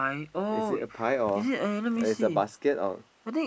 is it a pie or is a basket or